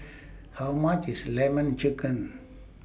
How much IS Lemon Chicken